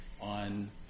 on